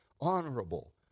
honorable